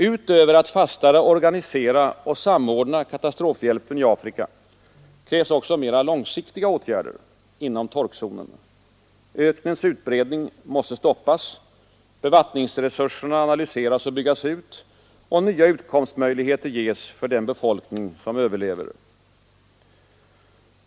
Utöver fastare organisation och samordning av katastrofhjälpen i Afrika krävs mera långsiktiga åtgärder inom torkzonen. Öknens utbredning måste stoppas, bevattningsresurserna analyseras och byggas ut och nya utkomstmöjligheter ges för den befolkning som överlever.